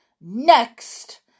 Next